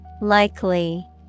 Likely